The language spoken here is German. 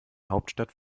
hauptstadt